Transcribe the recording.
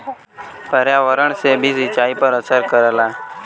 पर्यावरण से भी सिंचाई पर असर करला